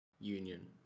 Union